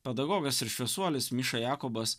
pedagogas ir šviesuolis miša jakobas